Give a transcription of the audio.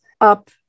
up